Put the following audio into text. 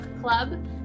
Club